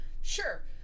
sure